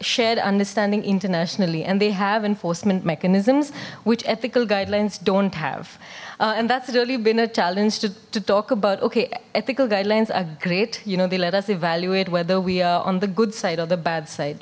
shared understanding internationally and they have enforcement mechanisms which ethical guidelines don't have and that's really been a challenge to talk about ok ethical guidelines are great you know they let us evaluate whether we are on the good side of the bad side